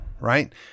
right